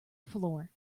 floor